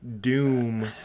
Doom